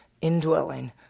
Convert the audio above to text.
indwelling